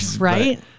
Right